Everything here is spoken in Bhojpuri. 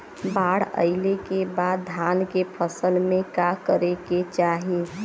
बाढ़ आइले के बाद धान के फसल में का करे के चाही?